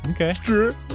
Okay